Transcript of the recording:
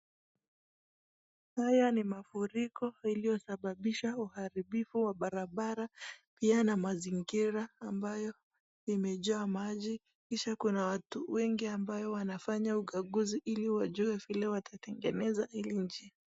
Haya ni mafuriko iliyosababisha uharibifu wa barabara, pia na mazingira ambayo imejaa maji, kisha kuna watu wengi ambayo wanafanya ukaguzi ili wajue vile watatengeneza hili nchi.